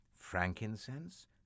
frankincense